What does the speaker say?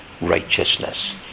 righteousness